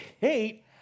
hate